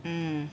mm